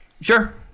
Sure